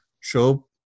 show